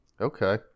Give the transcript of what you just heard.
Okay